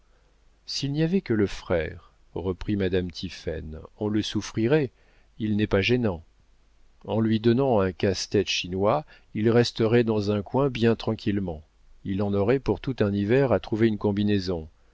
s'il n'y avait que le frère reprit madame tiphaine on le souffrirait il n'est pas gênant en lui donnant un casse-tête chinois il resterait dans un coin bien tranquillement il en aurait pour tout un hiver à trouver une combinaison